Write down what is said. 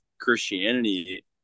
Christianity